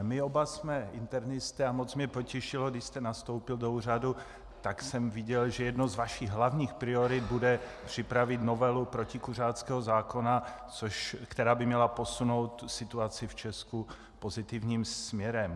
My oba jsme internisté a moc mě potěšilo, když jste nastoupil do úřadu, tak jsem viděl, že jednou z vašich hlavních priorit bude připravit novelu protikuřáckého zákona, která by měla posunout situaci v Česku pozitivním směrem.